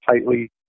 tightly